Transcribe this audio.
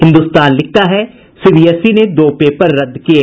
हिन्दुस्तान लिखता है सीबीएसई ने दो पेपर रद्द किये